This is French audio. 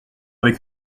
avec